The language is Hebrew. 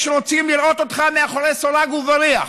יש רוצים לראות אותך מאחורי סורג ובריח,